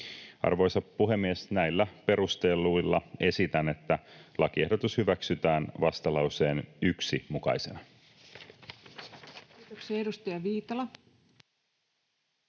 Arvoisa puhemies! Näillä perusteluilla esitän, että lakiehdotus hyväksytään vastalauseen 1 mukaisena. Kiitoksia. — Edustaja Viitala.